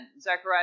Zechariah